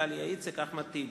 דליה איציק ואחמד טיבי,